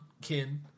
Kin